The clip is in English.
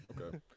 okay